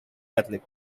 catholic